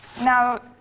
Now